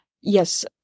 yes